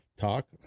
talk